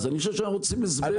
אז אנחנו צריכים הסבר למה זה דרוש.